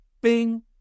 bing